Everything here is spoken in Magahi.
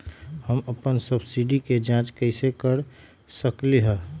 हम अपन सिबिल के जाँच कइसे कर सकली ह?